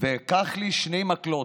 "ואקח לי שני מקלות,